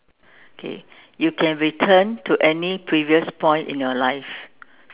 okay you can return to any previous point in your life